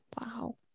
Wow